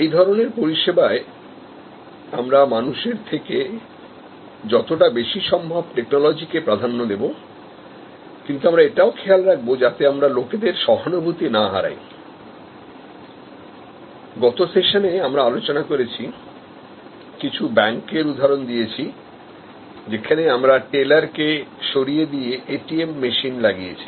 এই ধরনের পরিষেবায় আমরা মানুষের থেকে যতটা বেশি সম্ভব টেকনোলজি কে প্রাধান্য দেবো কিন্তু আমরা এটাও খেয়াল রাখব যাতে আমরালোকেদের সহানুভূতি না হারাই গত সেশনএআমরা আলোচনা করেছিকিছু ব্যাংকের উদাহরণ দিয়েছি সেখানে আমরা টেলার কে সরিয়ে দিয়ে ATMমেশিন লাগিয়েছি